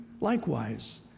likewise